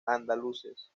andaluces